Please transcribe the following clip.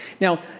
Now